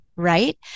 right